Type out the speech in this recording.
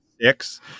six